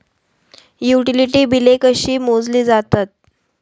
Utility बिले कशी मोजली जातात?